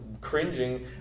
cringing